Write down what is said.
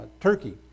Turkey